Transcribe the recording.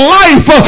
life